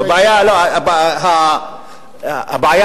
הטענה